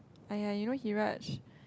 !aiya! you know Heeraj